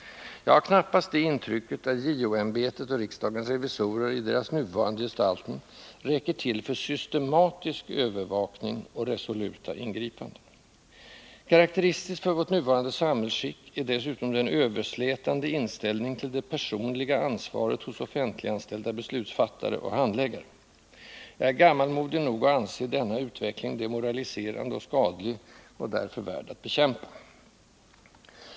Jag har knappast det intrycket att JO-ämbetet och riksdagens revisorer i deras nuvarande gestaltning räcker till för systematisk övervakning och resoluta ingripanden. Karakteristiskt för vårt nuvarande samhällsskick är dessutom den överslätande inställningen till det personliga ansvaret hos offentliganställda beslutsfattare och handläggare. Jag är gammalmodig nog att anse denna utveckling demoraliserande och skadlig och därför värd att bekämpa.